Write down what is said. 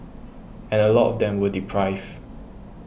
and a lot of them were deprived